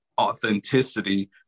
authenticity